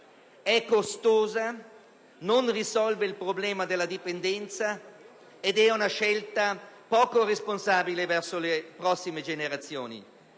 e costosa, non risolve il problema della dipendenza ed è poco responsabile verso le generazioni